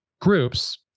groups